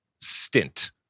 stint